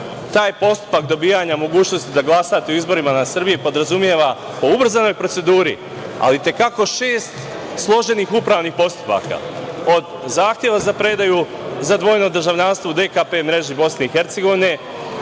Taj postupak dobijanja mogućnosti da glasate na izborima u Srbiji podrazumeva po ubrzanoj proceduri, ali i te kako šest složenih upravnih postupaka, od zahteva za predaju za dvojno državljanstvo u DKP mreži Bosne